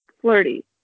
Flirty